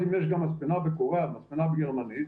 אם יש גם מספנה בקוריאה ומספנה בגרמניה,